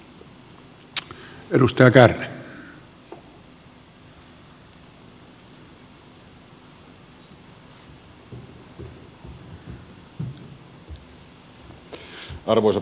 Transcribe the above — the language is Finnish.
arvoisa puhemies